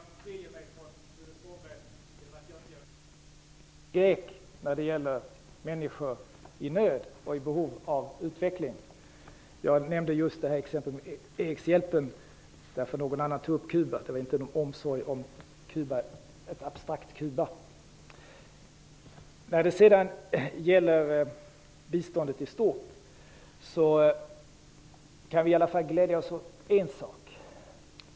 Fru talman! Jag vet inte om jag är annorlunda än Tuve Skånberg och inte kan skilja mellan jude och grek när det gäller människor i nöd och i behov av utveckling. Jag nämnde just exemplet med Erikshjälpen därför att någon annan hade tagit upp Kuba - det var inte av omsorg om Kuba, utan det var fråga om ett abstrakt Kuba. När det sedan gäller biståndet i stort, kan vi i alla fall glädjas åt en sak.